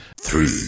three